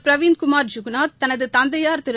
பிரவிந்த் குமார் ஜூகுநாத் தனது தந்தையார் திரு